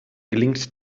gelingt